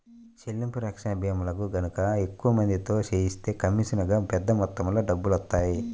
చెల్లింపు రక్షణ భీమాలను గనక ఎక్కువ మందితో చేయిస్తే కమీషనుగా పెద్ద మొత్తంలో డబ్బులొత్తాయి